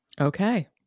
Okay